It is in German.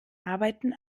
arbeiten